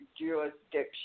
jurisdiction